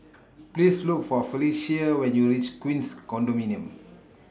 Please Look For Felecia when YOU REACH Queens Condominium